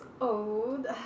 old